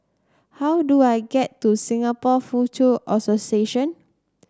how do I get to Singapore Foochow Association